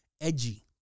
edgy